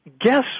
guess